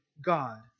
God